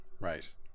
Right